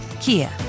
Kia